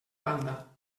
banda